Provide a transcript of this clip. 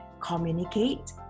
communicate